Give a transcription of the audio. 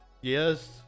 yes